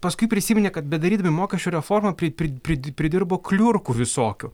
paskui prisiminė kad bedarydami mokesčių reformą pri pri pri pridirbo kliurkų visokių